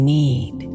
need